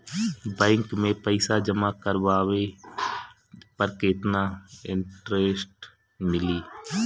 Bank में पईसा जमा करवाये पर केतना इन्टरेस्ट मिली?